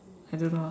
I don't know lah